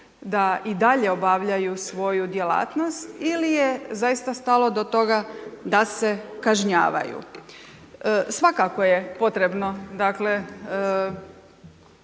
da i dalje obavljaju svoju djelatnost ili je zaista stalo do toga da se kažnjavaju. Svakako je potrebno dakle